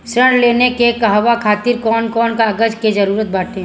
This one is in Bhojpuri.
ऋण लेने के कहवा खातिर कौन कोन कागज के जररूत बाटे?